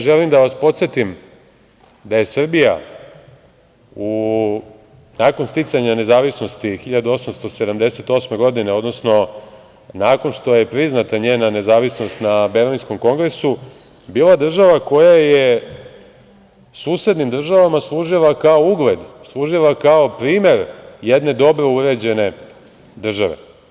Želim da vas podsetim da je Srbija, nakon sticanja nezavisnosti 1878. godine, odnosno nakon što je priznata njena nezavisnost na Berlinskom kongresu, bila država koja je susednim državama služila kao ugled, kao primer jedne dobro uređene države.